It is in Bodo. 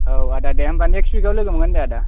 औ आदा दे होनबा नेक्स उयिकाव लोगो मोनगोन दे होनबा